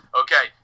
okay